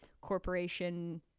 corporation